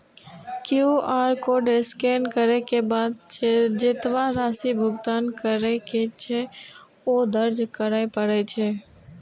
QR code scan करै के बाद जेतबा राशि भुगतान करै के छै, ओ दर्ज करय पड़ै छै